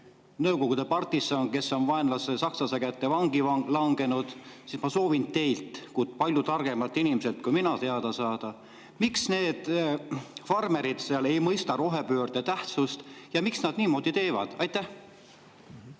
Nõukogude partisan, kes on vaenlase, sakslaste kätte vangi langenud, siis ma soovin teilt kui minust palju targemalt inimeselt teada saada, miks need farmerid seal ei mõista rohepöörde tähtsust ja miks nad niimoodi teevad. Aitäh,